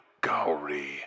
Gowrie